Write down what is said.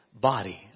body